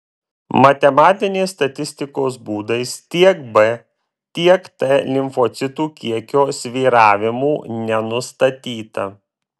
matematinės statistikos būdais tiek b tiek t limfocitų kiekio svyravimų nenustatyta